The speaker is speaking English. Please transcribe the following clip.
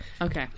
Okay